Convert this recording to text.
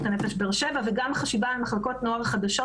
הנפש בבאר שבע וגם חשיבה על מחלקות נוער חדשות